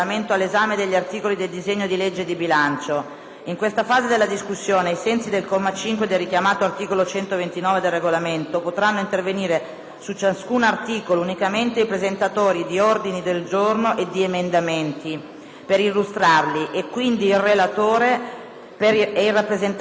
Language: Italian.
In questa fase della discussione, ai sensi del comma 5 del richiamato articolo 129 del Regolamento, potranno intervenire su ciascun articolo unicamente i presentatori di ordini del giorno e di emendamenti per illustrarli e quindi il relatore ed il rappresentante del Governo per esprimere il rispettivo parere.